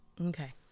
Okay